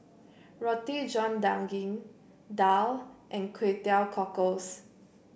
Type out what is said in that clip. Roti John Daging Daal and Kway Teow Cockles